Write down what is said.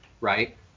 right